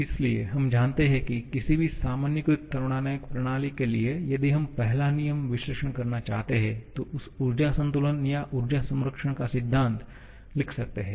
इसलिए हम जानते हैं कि किसी भी सामान्यीकृत थर्मोडायनामिक प्रणाली के लिए यदि हम पहला नियम विश्लेषण करना चाहते हैं तो हम ऊर्जा संतुलन या ऊर्जा संरक्षण का सिद्धांत लिख सकते हैं